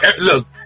look